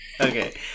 Okay